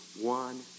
one